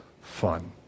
fun